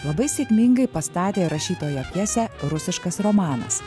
labai sėkmingai pastatė rašytojo pjesę rusiškas romanas